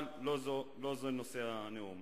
אבל לא זה נושא הנאום.